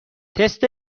تست